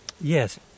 yes